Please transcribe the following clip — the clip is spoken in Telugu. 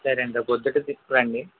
సరే అండి రేపు ప్రొద్దునే తీసుకురండి